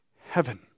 heaven